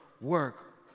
work